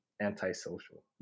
anti-social